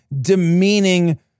demeaning